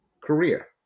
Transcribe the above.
career